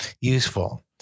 useful